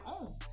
own